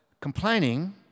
complaining